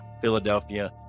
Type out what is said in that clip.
Philadelphia